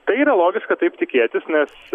tai yra logiška taip tikėtis nes